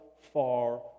far